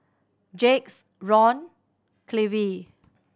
Jacques Ron Clevie